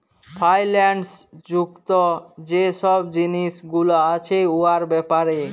ফাইল্যাল্স যুক্ত যে ছব জিলিস গুলা আছে উয়ার ব্যাপারে